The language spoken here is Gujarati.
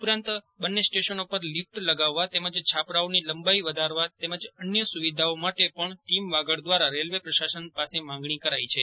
ઉપરાંત બંને સ્ટેશનો પર લિફટ લગાવવા તેમજ છાપરાઓની લંબાઇ વધારવા તેમજ અન્ય સુવિધા માટે પણ ટીમ વાગડ દ્વારા રેલવે પ્રશાસન પાસે માગણી કરાઇ છે